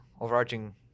overarching